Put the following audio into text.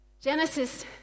Genesis